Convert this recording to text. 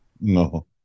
No